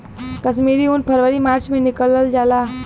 कश्मीरी उन फरवरी मार्च में निकालल जाला